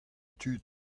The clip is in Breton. tud